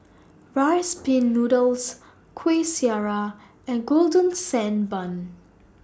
Rice Pin Noodles Kueh Syara and Golden Sand Bun